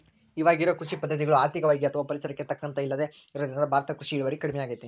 ಇವಾಗಿರೋ ಕೃಷಿ ಪದ್ಧತಿಗಳು ಆರ್ಥಿಕವಾಗಿ ಅಥವಾ ಪರಿಸರಕ್ಕೆ ತಕ್ಕಂತ ಇಲ್ಲದೆ ಇರೋದ್ರಿಂದ ಭಾರತದ ಕೃಷಿ ಇಳುವರಿ ಕಡಮಿಯಾಗೇತಿ